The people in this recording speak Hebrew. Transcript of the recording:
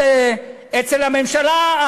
אצל הממשלה,